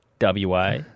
WA